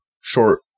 short